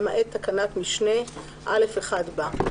למעט תקנת משנה (א)(1) בה,